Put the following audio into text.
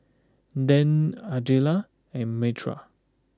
Dan Ardella and Myrta